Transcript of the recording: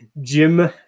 Jim